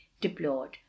deplored